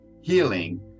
healing